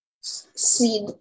seed